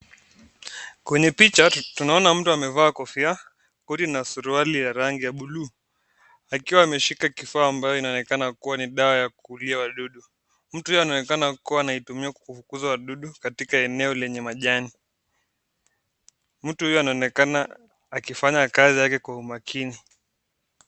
Kwenye picha tunaona mtu amevaa kofia ,koti na suruali ya rangi blue akiwa ameshika kifaa ambayo inaonekana kuwa ni dawa ya kuulia wadudu. Mtu huyu anaoneka kuwa anatumia kufukuza wadudu katika eneo la majani. Mtu huyu anaonekana kufanya kazi yake kwa umakini.